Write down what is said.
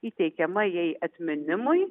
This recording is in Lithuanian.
įteikiama jai atminimui